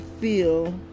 feel